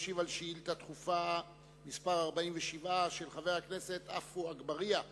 ישיב על שאילתא דחופה מס' 47 של חבר הכנסת עפו אגבאריה בנושא: